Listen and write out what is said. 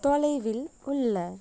தொலைவில் உள்ள